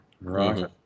Right